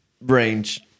range